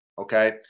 okay